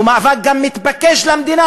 הוא מאבק גם מתבקש למדינה,